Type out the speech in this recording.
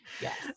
Yes